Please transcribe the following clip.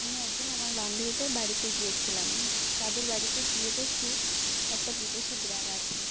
আমি একদিন আমার বান্ধবীদের বাড়িতে গিয়েছিলাম তাদের বাড়িতে গিয়ে দেখে একটা বিদেশি বিড়াল আছে